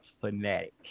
fanatic